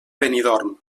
benidorm